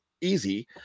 easy